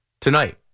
tonight